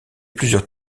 plusieurs